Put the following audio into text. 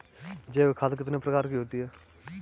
जैविक खाद कितने प्रकार की होती हैं?